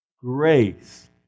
grace